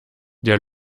der